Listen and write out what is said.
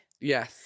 yes